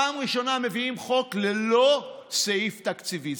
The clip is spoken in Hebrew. פעם ראשונה מביאים חוק ללא סעיף תקציבי.